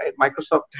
Microsoft